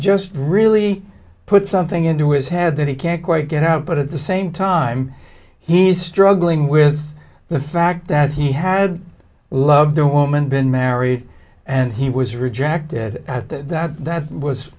just really put something into his head that he can't quite get out but at the same time he's struggling with the fact that he had loved a woman been married and he was rejected that that was